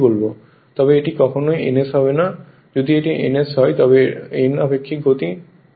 তবে এটি কখনই ns হবে না যদি এটি ns হয় তবে n আপেক্ষিক গতি হবে